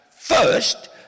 first